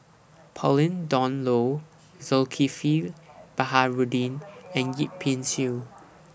Pauline Dawn Loh Zulkifli Baharudin and Yip Pin Xiu